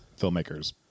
filmmakers